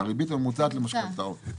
הריבית הממוצעת למשכנתאות.